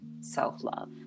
Self-love